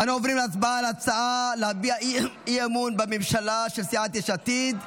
אנו עוברים להצבעה על ההצעה להביע אי-אמון בממשלה של סיעת העבודה.